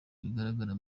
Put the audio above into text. bigaragara